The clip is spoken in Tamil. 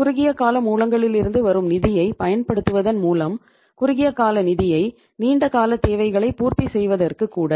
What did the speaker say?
குறுகிய கால மூலங்களிலிருந்து வரும் நிதியைப் பயன்படுத்துவதன் மூலம் குறுகிய கால நிதியை நீண்ட காலத் தேவைகளைப் பூர்த்தி செய்வதற்க்கு கூட